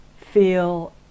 feel